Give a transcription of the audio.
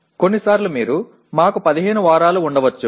కొన్నిసార్లు మీరు మాకు 15 వారాలు ఉండవచ్చు